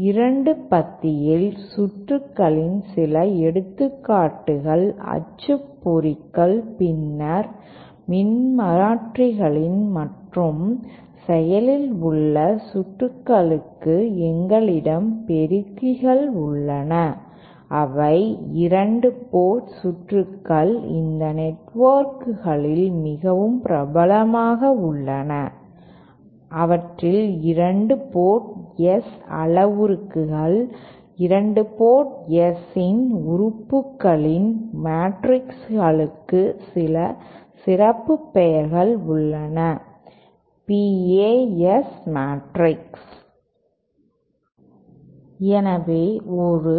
2 பத்தியின் சுற்றுகளின் சில எடுத்துக்காட்டுகள் அச்சுப்பொறிகள் பின்னர் மின்மாற்றிகள் மற்றும் செயலில் உள்ள சுற்றுகளுக்கு எங்களிடம் பெருக்கிகள் உள்ளன அவை 2 போர்ட் சுற்றுகள் இந்த நெட்வொர்க்குகளில் மிகவும் பிரபலமாக உள்ளன அவற்றின் 2 போர்ட் S அளவுருக்கள் 2 போர்ட் S இன் உறுப்புகளின் மேட்ரிக்ஸ்களுக்கு சில சிறப்பு பெயர்கள் உள்ளன Pa S மேட்ரிக்ஸ் எனவே 2 ஒரு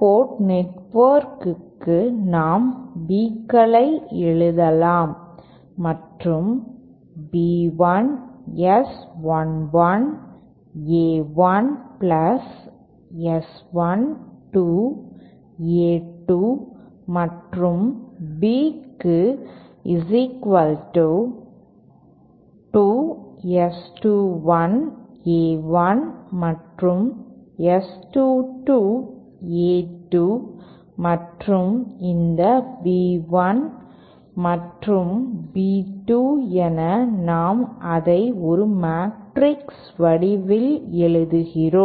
போர்ட் நெட்வொர்க்கிற்கு நாம் B களை எழுதலாம் மற்றும் B 1 S 1 1 A 1plus S 1 2 A 2 மற்றும் B க்கு 2 S 2 1 A 1 மற்றும் S 2 2 A2 மற்றும் இந்த B 1 மற்றும் B 2 என நான் அதை ஒரு மேட்ரிக்ஸ் வடிவத்தில் எழுதுகிறேன்